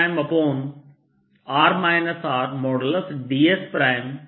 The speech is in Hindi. ds है